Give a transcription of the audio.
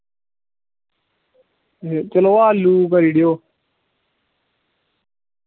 ए चलो आलू करी ओड़ेओ